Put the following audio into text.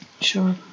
Sure